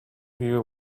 you